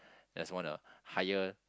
just wanna hire